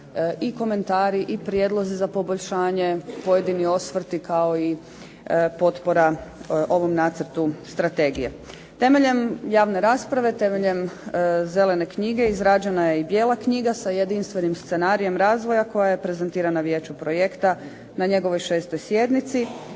i komentari i prijedlozi za poboljšanje, pojedini osvrti kao i potpora ovom nacrtu strategije. Temeljem javne rasprave, temeljem Zelene knjige izrađena je Bijela knjiga sa jedinstvenim scenarijem razvoja koja je prezentirana Vijeću projekta na njegovoj 6. sjednici